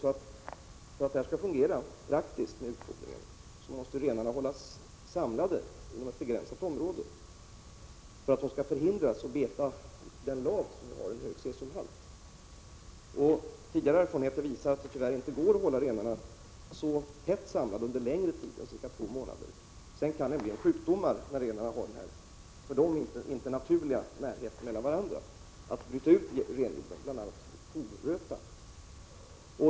För att utfodringen skall fungera praktiskt, för att renarna skall förhindras att beta den lav som har en hög cesiumhalt, måste renarna nämligen hållas samlade inom ett begränsat område. Tidigare erfarenheter visar att det tyvärr inte går att hålla renarna så tätt samlade under längre tid än cirka två månader. Sedan kan nämligen sjukdomar — bl.a. hovröta — bryta ut i renhjorden när renarna har denna för dem inte naturliga närhet till varandra.